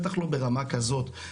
בטח לא ברמה כזאת,